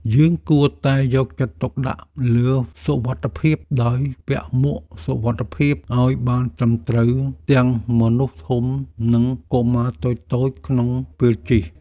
យើងគួរតែយកចិត្តទុកដាក់លើសុវត្ថិភាពដោយពាក់មួកសុវត្ថិភាពឱ្យបានត្រឹមត្រូវទាំងមនុស្សធំនិងកុមារតូចៗក្នុងពេលជិះ។